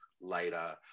later